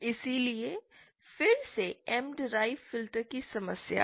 इसलिए फिर से M डीराइव्ड फिल्टर की समस्या है